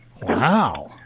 Wow